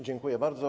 Dziękuję bardzo.